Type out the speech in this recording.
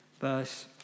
verse